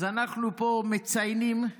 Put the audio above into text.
אז אנחנו מציינים פה